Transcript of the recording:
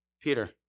Peter